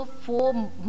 four